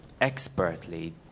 expertly